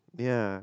ya